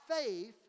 faith